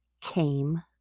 came